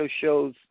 shows